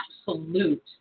absolute